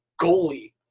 goalie